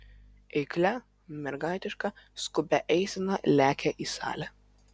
eiklia mergaitiška skubia eisena lekia į salę